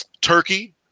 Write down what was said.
Turkey